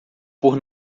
por